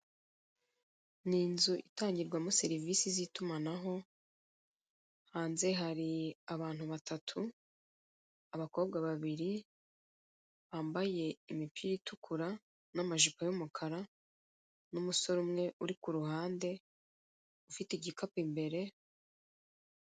Ni inzu itangirwamo serivise z'itumanaho hanze hari abantu batatu, abakobwa babiri bambaye imipira itukura, n'amajipo y'umukara n'umusore umwe uri kuruhande ufite igikapu imbere.